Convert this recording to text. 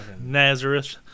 Nazareth